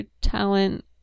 talent